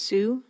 Sue